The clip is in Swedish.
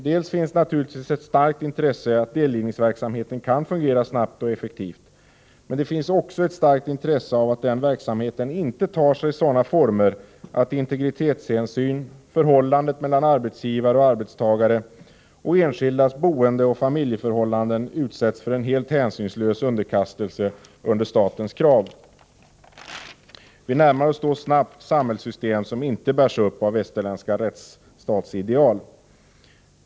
Det finns naturligtvis ett starkt intresse att delgivningsverksamheten kan fungera snabbt och effektivt, men det finns också ett starkt intresse av att denna verksamhet inte tar sig sådana former att integritetshänsyn, förhållandet mellan arbetsgivare och arbetstagare och enskildas boendeoch familjeförhållanden utsätts för en helt hänsynslös underkastelse under statens krav. Då närmar vi oss snabbt samhällssystem som icke bärs upp av västerländska rättsstatsideal.